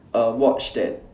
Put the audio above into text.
a watch that